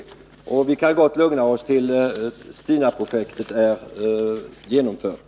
Vi kan därför gott lugna oss till dess att STINA-projektet har genomförts.